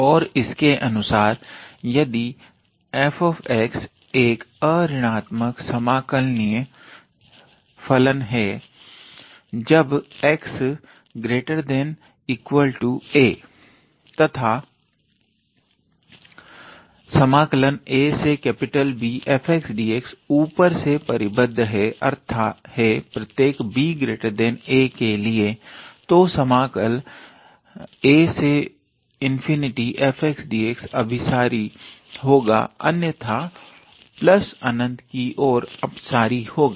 और इसके अनुसार यदि f एक अऋणात्मक समाकलनीय फलन है जब 𝑥 ≥ 𝑎 तथा aBfxdx ऊपर से परीबद्ध है प्रत्येक Ba के लिए तो समाकल afxdx अभिसारी होगा अन्यथा ∞ की ओर अपसारी होगा